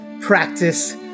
practice